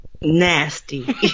Nasty